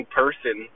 person